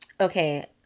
okay